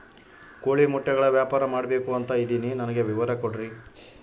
ಕೋಳಿ ಮೊಟ್ಟೆಗಳ ವ್ಯಾಪಾರ ಮಾಡ್ಬೇಕು ಅಂತ ಇದಿನಿ ನನಗೆ ವಿವರ ಕೊಡ್ರಿ?